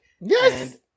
Yes